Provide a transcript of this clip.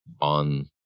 on